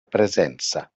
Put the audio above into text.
presenza